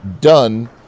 done